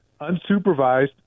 unsupervised